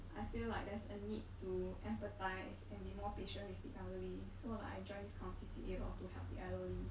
I feel like there's a need to empathise and be more patient with the elderly so like I join this kind of C_C_A lor to help the elderly